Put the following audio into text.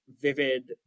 vivid